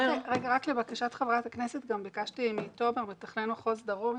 לבקשת חברת הכנסת גם ביקשתי ממתכנן מחוז דרום,